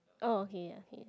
oh okay okay